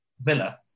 Villa